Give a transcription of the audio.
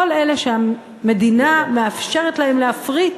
כל אלה שהמדינה מאפשרת להן להפריט